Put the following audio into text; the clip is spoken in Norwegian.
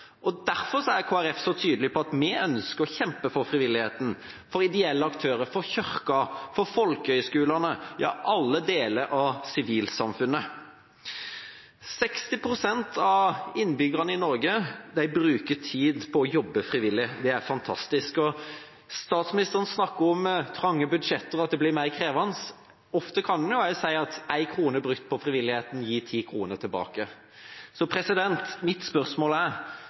Derfor er Kristelig Folkeparti så tydelige på at vi ønsker å kjempe for frivilligheten, for ideelle aktører, for kirka, for folkehøyskolene, ja for alle deler av sivilsamfunnet. 60 pst. av innbyggerne i Norge bruker tid på å jobbe frivillig. Det er fantastisk. Statsministeren snakker om trange budsjetter og at det blir mer krevende. Ofte kan en jo også si at én krone brukt på frivilligheten, gir ti kroner tilbake. Så mitt spørsmål er: